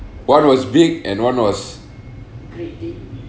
one was big and one was